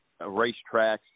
racetracks